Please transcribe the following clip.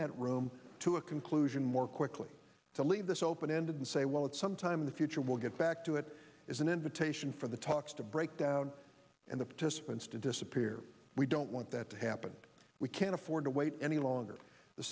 that room to a conclusion more quickly to leave this open ended and say well at some time in the future we'll get back to it is an invitation for the talks to break down and the tests for instance disappear we don't want that to happen we can't afford to wait any longer the